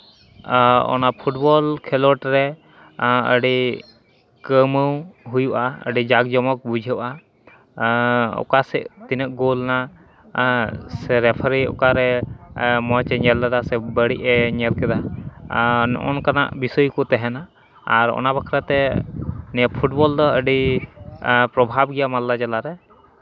ᱟᱨ ᱚᱱᱟ ᱯᱷᱩᱴᱵᱚᱞ ᱠᱷᱮᱞᱚᱸᱰ ᱨᱮ ᱟᱹᱰᱤ ᱠᱟᱹᱣᱢᱟᱹᱣ ᱦᱩᱭᱩᱜᱼᱟ ᱟᱹᱰᱤ ᱡᱟᱠ ᱡᱚᱢᱚᱠ ᱵᱩᱡᱷᱟᱹᱜᱼᱟ ᱚᱠᱟ ᱥᱮᱫ ᱛᱤᱱᱟᱹᱜ ᱜᱳᱞ ᱮᱱᱟ ᱥᱮ ᱨᱮᱯᱷᱟᱨᱤ ᱚᱠᱟᱨᱮ ᱢᱚᱡᱽ ᱮ ᱧᱮᱞ ᱞᱮᱫᱟ ᱥᱮ ᱵᱟᱹᱲᱤᱡ ᱮ ᱧᱮᱞ ᱠᱮᱫᱟ ᱟᱨ ᱱᱚᱜᱼᱚ ᱱᱚᱝᱠᱟᱱᱟᱜ ᱵᱤᱥᱚᱭ ᱠᱚ ᱛᱟᱦᱮᱱᱟ ᱟᱨ ᱚᱱᱟ ᱵᱟᱠᱷᱨᱟ ᱛᱮ ᱱᱤᱭᱟᱹ ᱯᱷᱩᱴᱵᱚᱞ ᱫᱚ ᱟᱹᱰᱤ ᱯᱨᱚᱵᱷᱟᱵᱽ ᱜᱮᱭᱟ ᱢᱟᱞᱫᱟ ᱡᱮᱞᱟ ᱨᱮ